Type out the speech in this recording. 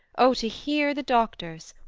o to hear the doctors!